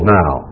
now